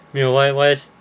没有 Y~ Y_S